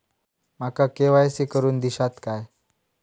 माका के.वाय.सी करून दिश्यात काय?